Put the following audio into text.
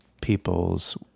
people's